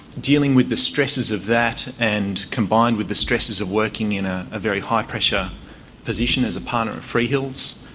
dealing with the stresses of that and combined with the stresses of working in ah a very high-pressure position as a partner of freehills,